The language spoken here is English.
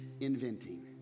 inventing